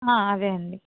అవి అండి